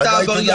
אתה עבריין.